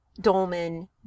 Dolman